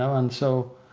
so and so,